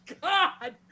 god